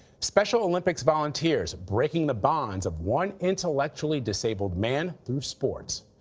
special olympics volunteers breaking the bonds of one intellectually disabled man through sports.